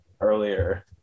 earlier